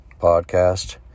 podcast